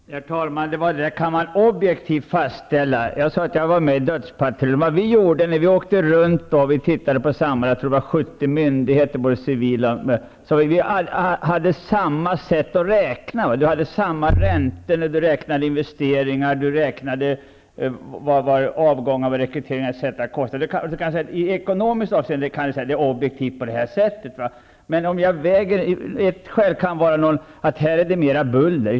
Herr talman! Karl-Göran Biörsmark tog upp mitt påstående att man inte objektivt kan fastställa vilken flottilj som skall läggas ned. Jag sade att jag var med i ''dödspatrullen''. När vi åkte runt och tittade på, jag tror det var sammanlagt 70 myndigheter -- både civila och militära -- använde vi samma sätt att räkna vid bedömningen; vi hade samma räntor när vi beräknade kostnaderna för investeringar och samma siffror när vi beräknade vad avgångar och rekrytering etc. kostade. De ekonomiska kostnaderna kan på det sättet beräknas objektivt. Men när man skall avgöra vilken flottilj som skall läggas ned kan ett skäl vara att det på ett ställe är mera bullerstörningar.